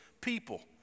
people